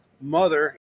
mother